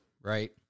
right